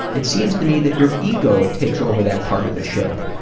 it seems to me that your ego takes over that part of the show.